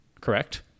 correct